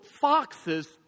foxes